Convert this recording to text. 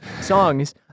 songs